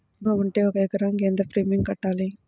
భీమా ఉంటే ఒక ఎకరాకు ఎంత ప్రీమియం కట్టాలి?